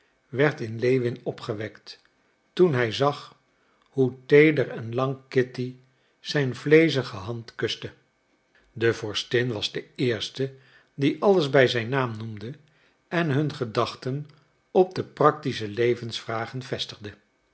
werd in lewin opgewekt toen hij zag hoe teeder en lang kitty zijn vleezige hand kuste de vorstin was de eerste die alles bij zijn naam noemde en hun gedachten op de practische levensvragen vestigde